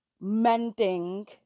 Mending